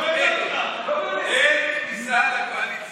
אין כניסה לאופוזיציה.